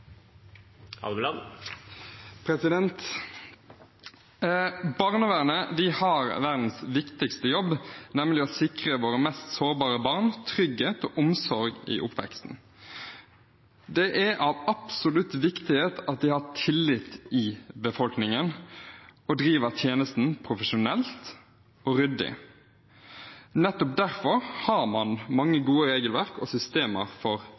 Barnevernet har verdens viktigste jobb, nemlig å sikre våre mest sårbare barn trygghet og omsorg i oppveksten. Det er av absolutt viktighet at de har tillit i befolkningen og driver tjenesten profesjonelt og ryddig. Nettopp derfor har man mange gode regelverk og systemer, bl.a. for